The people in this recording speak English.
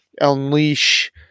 unleash